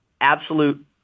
absolute